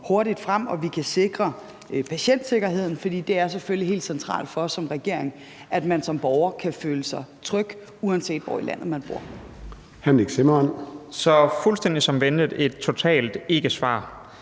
hurtigt frem og vi kan sikre patientsikkerheden. For det er selvfølgelig helt centralt for os som regering, at man som borger kan føle sig tryg, uanset hvor i landet man bor. Kl. 13:09 Formanden (Søren Gade): Hr.